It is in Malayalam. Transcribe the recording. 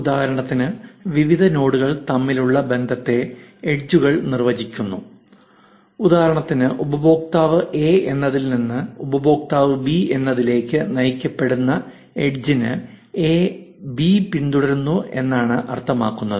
ഉദാഹരണത്തിന് വിവിധ നോഡുകൾ തമ്മിലുള്ള ബന്ധത്തെ എഡ്ജുകൾ നിർവ്വചിക്കുന്നു ഉദാഹരണത്തിന് ഉപയോക്താവ് എ എന്നതിൽ നിന്ന് ഉപയോക്താവ് ബി എന്നതിലേക്ക് നയിക്കപ്പെടുന്ന എഡ്ജിന് എ ബി പിന്തുടരുന്നു എന്നാണ് അർത്ഥമാക്കുന്നത്